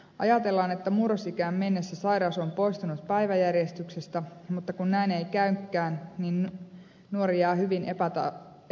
ajatellaan että murrosikään mennessä sairaus on poistunut päiväjärjestyksestä mutta kun näin ei käynytkään nuori jää hyvin epätasa arvoiseen asemaan